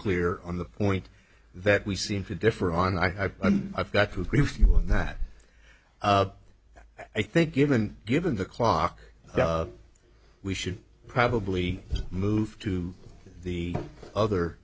clear on the point that we seem to differ on i i'm i've got to agree with you on that i think given given the clock we should probably move to the other